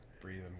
breathing